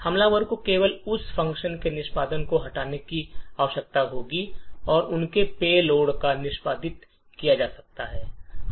हमलावर को केवल उस फ़ंक्शन के निष्पादन को हटाने की आवश्यकता होगी और उसके पेलोड को निष्पादित किया जा सकता है